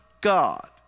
God